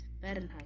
Fahrenheit